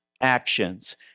actions